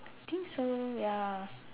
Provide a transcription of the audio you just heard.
I think so ya